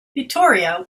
vittoria